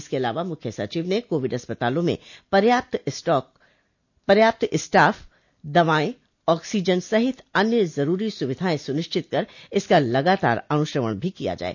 इसके अलावा मुख्य सचिव ने कोविड अस्पतालों में पयाप्त स्टॉफ दवाएं आक्सीजन सहित अन्य जरूरी सुविधाएं सुनिश्चित कर इसका लगातार अनुश्रवण भी किया जाये